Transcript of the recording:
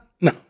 No